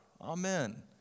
Amen